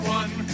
one